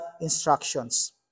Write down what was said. instructions